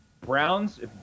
Browns